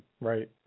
right